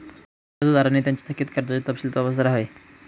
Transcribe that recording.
कर्जदारांनी त्यांचे थकित कर्जाचे तपशील तपासत राहावे